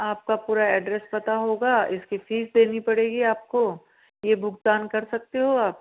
आपका पूरा एड्रैस पता होगा इसकी फीस देनी पड़ेगी आपको यह भुगतान कर सकते हो आप